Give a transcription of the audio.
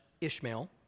Ishmael